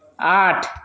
आठ